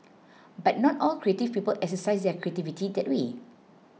but not all creative people exercise their creativity that way